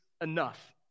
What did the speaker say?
enough